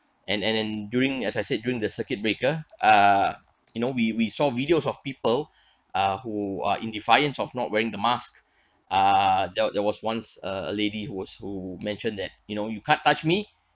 and enduring as I said during the circuit breaker uh you know we we saw videos of people uh who are in defiance of not wearing the mask err there there was once a lady was who mentioned that you know you can't touch me